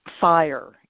fire